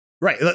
right